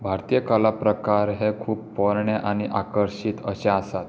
भारतीय कलाप्रकार हे खूब पोरणे आनी आकर्षीत अशे आसात